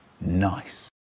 nice